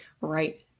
right